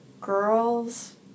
Girls